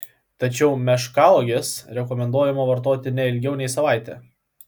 tačiau meškauoges rekomenduojama vartoti ne ilgiau nei savaitę